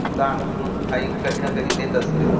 दान म्हणून आई काही ना काही देत असते